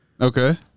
Okay